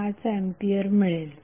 5 ampere मिळेल